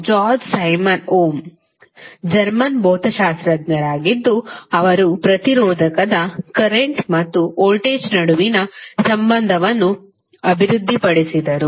George Simon Ohm German ಭೌತಶಾಸ್ತ್ರಜ್ಞರಾಗಿದ್ದು ಅವರು ಪ್ರತಿರೋಧಕದ ಕರೆಂಟ್ ಮತ್ತು ವೋಲ್ಟೇಜ್ ನಡುವಿನ ಸಂಬಂಧವನ್ನು ಅಭಿವೃದ್ಧಿಪಡಿಸಿದರು